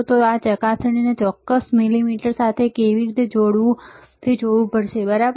તો આ ચકાસણીને આ ચોક્કસ મલ્ટિમીટર સાથે કેવી રીતે જોડવું બરાબર